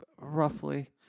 roughly